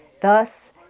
Thus